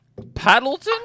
Paddleton